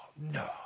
no